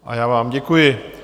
I já vám děkuji.